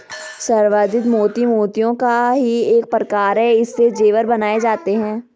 संवर्धित मोती मोतियों का ही एक प्रकार है इससे जेवर बनाए जाते हैं